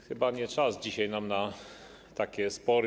Chyba nie czas dzisiaj na takie spory.